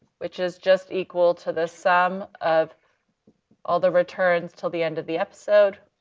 which is just equal to the sum of all the returns till the end of the episode.